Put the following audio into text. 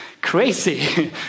crazy